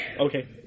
Okay